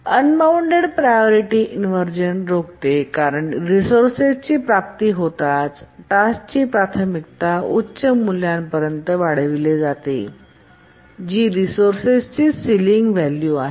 unbounded priority inversion रोखते कारण रिसोर्सेसची प्राप्ती होताच टास्क ची प्राथमिकता उच्च मूल्यापर्यंत वाढविली जाते जी रिसोर्सेसची सिलिंग व्हॅल्यू आहे